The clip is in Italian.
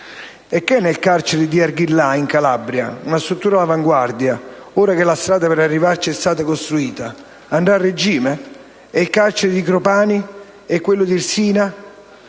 E che ne è del carcere di Arghillà in Calabria, una struttura all'avanguardia, ora che la strada per arrivarci è stata costruita? Andrà a regime? E il carcere di Cropani? E quello di Irsina?